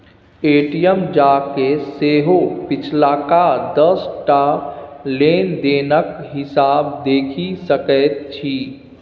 ATM जाकए सेहो पिछलका दस टा लेन देनक हिसाब देखि सकैत छी